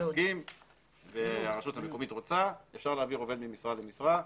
אם הוא מסכים והרשות המקומית רוצה אפשר להעביר עובד ממשרה למשרה.